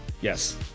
Yes